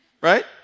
Right